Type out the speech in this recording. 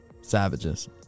savages